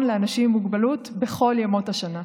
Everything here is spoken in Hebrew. לאנשים עם מוגבלות בכל ימות השנה.